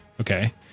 okay